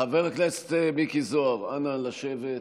חבר הכנסת מיקי זוהר, נא לשבת.